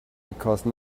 because